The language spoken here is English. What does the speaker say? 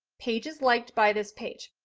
pages liked by this page.